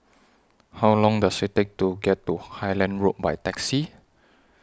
How Long Does IT Take to get to Highland Road By Taxi